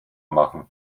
machen